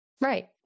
Right